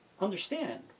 understand